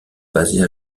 basée